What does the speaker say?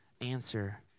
answer